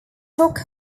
stock